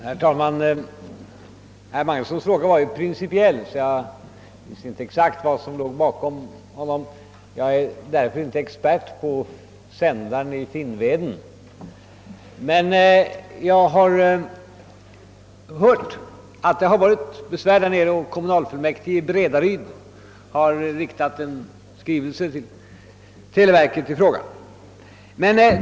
Herr talman! Herr Magnussons i Nennesholm fråga var ju principiell, och jag visste inte exakt vad som låg bakom den; jag är därför inte expert på sändaren i Finnveden. Jag har emellertid hört att det varit besvär där nere, och kommunalfullmäktige i Bredaryd har sänt en skrivelse till televerket i frågan.